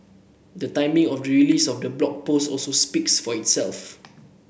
the timing of the release of the Blog Post also speaks for itself